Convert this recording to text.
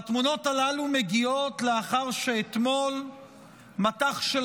והתמונות הללו מגיעות לאחר שאתמול מטח של